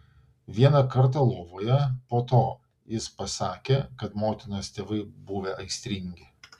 vieną kartą lovoje po to jis pasakė kad motinos tėvai buvę aistringi